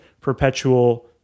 perpetual